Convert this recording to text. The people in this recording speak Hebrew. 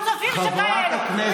חצופים שכאלה.